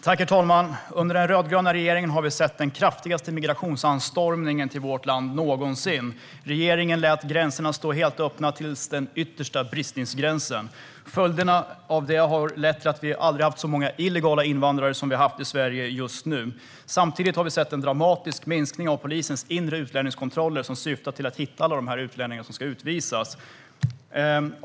Herr talman! Under den rödgröna regeringen har vi sett den kraftigaste migrationsanstormningen till vårt land någonsin. Regeringen lät gränserna stå helt öppna till den yttersta bristningsgränsen. Följden är att vi aldrig har haft så många illegala invandrare i Sverige som vi har just nu. Samtidigt har vi sett en dramatisk minskning av polisens inre utlänningskontroller som syftar till att hitta alla de här utlänningarna som ska utvisas.